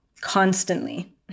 constantly